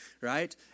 right